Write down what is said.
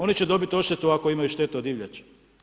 Oni će dobiti odštetu ako imaju štetu od divljači.